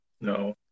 No